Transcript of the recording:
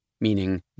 meaning